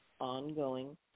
ongoing